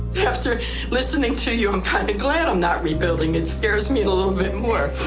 after listening to you, i'm kind of glad i'm not rebuilding. it scares me a little bit more.